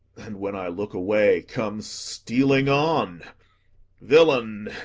and, when i look away, comes stealing on villain,